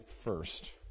first